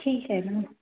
ठीक आहे न मग